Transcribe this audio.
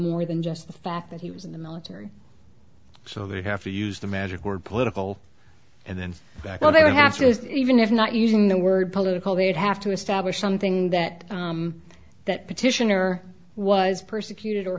more than just the fact that he was in the military so they have to use the magic word political and then back out they would have to even if not using the word political they would have to establish something that that petitioner was persecuted or